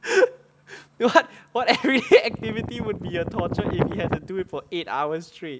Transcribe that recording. what everyday activity would be torture if you had to do it for eight hours straight